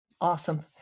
Awesome